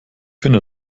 finde